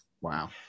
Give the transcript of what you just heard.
Wow